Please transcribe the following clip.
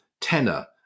tenor